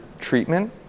treatment